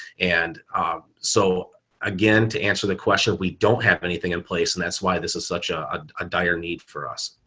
and so again, to answer the question, we don't have anything in place. and that's why this is such a dire need for us.